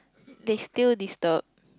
they still disturb